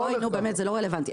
זה לא רלוונטי.